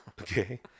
okay